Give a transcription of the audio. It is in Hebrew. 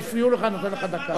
הפריעו לך, אני נותן לך דקה.